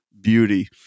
beauty